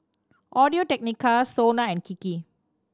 Audio Technica SONA and Kiki